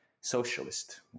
socialist